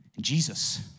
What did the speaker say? Jesus